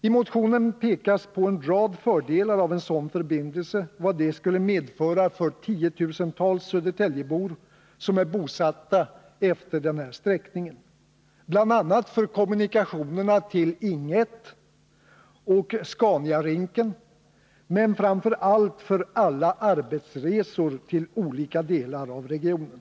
I motionen pekas på en rad fördelar som en sådan förbindelse skulle medföra för tiotusentals Södertäljebor, som är bosatta efter denna sträckning, bl.a. för kommunikationerna till Ing 1 och Scaniarinken, men framför allt för alla arbetsresor till olika delar av regionen.